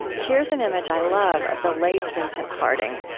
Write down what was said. here's an image i love of the late vincent harding,